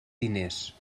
diners